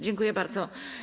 Dziękuję bardzo.